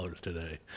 today